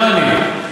לא אני,